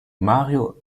mario